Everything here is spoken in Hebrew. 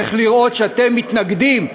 צריך לראות שאתם מתנגדים,